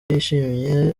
yishimye